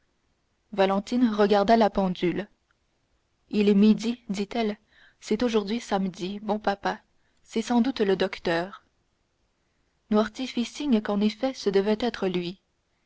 valentine regarda la pendule il est midi dit-elle c'est aujourd'hui samedi bon papa c'est sans doute le docteur noirtier fit signe qu'en effet ce devait être lui